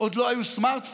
עוד לא היו סמארטפונים,